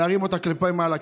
להרים אותה כלפי מעלה.